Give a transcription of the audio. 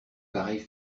pareille